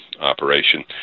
operation